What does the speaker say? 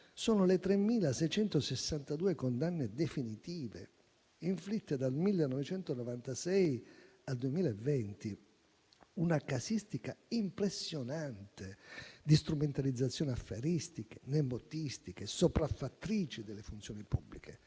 sono le 3.662 condanne definitive inflitte dal 1996 al 2020, una casistica impressionante di strumentalizzazioni affaristiche, nepotistiche e sopraffattrici delle funzioni pubbliche.